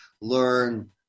learn